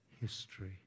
history